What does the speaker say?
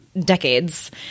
decades